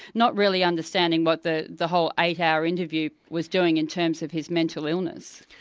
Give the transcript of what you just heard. not really understanding what the the whole eight-hour interview was doing in terms of his mental illness.